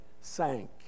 sank